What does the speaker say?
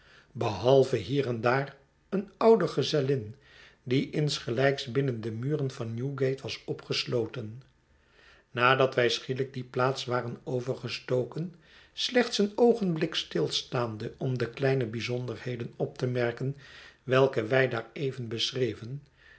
behalve hier en daar een ouder gezellin die insgelijks binnen de muren van newgate was ppgesloten nadat wij schielijk die plaats waren overgestoken slechts een oogenblik stilstaande om de kleine bijzonderheden op te merken welke wij daar even beschreven